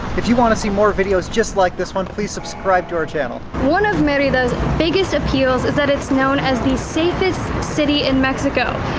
if you want to see more videos just like this one please subscribe to our channel. one of merida's biggest appeals is that it's known as the safest city in mexico.